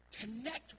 Connect